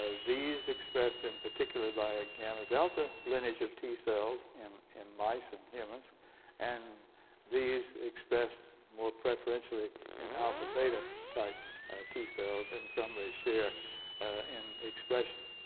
these expressed in particular by a gamma celta lineage of t-cells in in mice and humans and these expressed more preferentially in alphabetta type t-cells and some they share in expression.